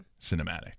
cinematic